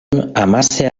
amase